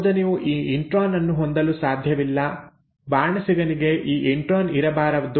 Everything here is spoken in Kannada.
ಯೋಜನೆಯು ಈ ಇಂಟ್ರಾನ್ ಅನ್ನು ಹೊಂದಲು ಸಾಧ್ಯವಿಲ್ಲ ಬಾಣಸಿಗನಿಗೆ ಈ ಇಂಟ್ರಾನ್ ಇರಬಾರದು